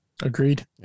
Agreed